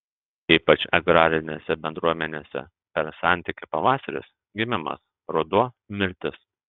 ypač agrarinėse bendruomenėse per santykį pavasaris gimimas ruduo mirtis